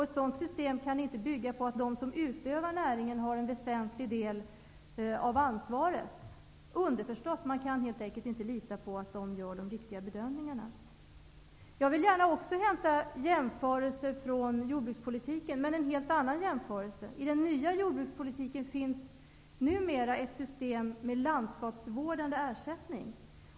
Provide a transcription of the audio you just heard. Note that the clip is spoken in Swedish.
Ett sådant system kan inte bygga på att de som utövar näringen har en väsentlig del av ansvaret. Underförstått: man kan helt enkelt inte lita på att de gör de riktiga bedömningarna. Också jag vill hämta en jämförelse från jordbrukspolitiken, men en helt annan jämförelse. I den nya jordbrukspolitiken finns numera ett system med landskapsvårdande ersättning.